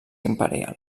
imperial